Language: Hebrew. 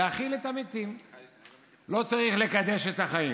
להכיל את המתים, לא צריך לקדש את החיים.